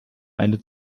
eine